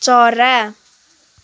चरा